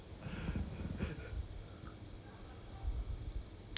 真的 no joke sia 以前你们那个 open book D_G ah